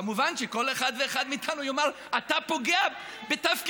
כמובן שכל אחד ואחד מאיתנו יאמר: אתה פוגע בתפקידך.